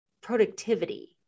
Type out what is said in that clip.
productivity